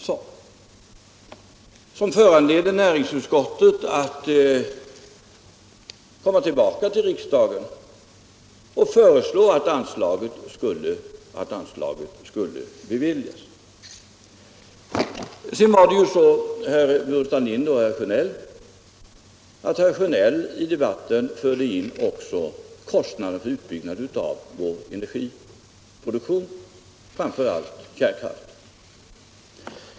Detta material föranledde alltså näringsutskottet att komma tillbaka till riksdagen och föreslå att anslaget skulle beviljas. Sedan var det ju så, herr Burenstam Linder och herr Sjönell, att herr Sjönell förde in i debatten också frågan om kostnaden för utbyggnaden av vår energiproduktion, framför allt kärnkraft.